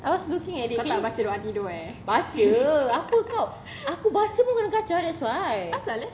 I was looking at it okay baca apa kau aku baca pun kena kacau that's why